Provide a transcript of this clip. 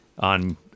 on